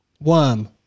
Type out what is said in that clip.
Worm